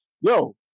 yo